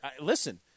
listen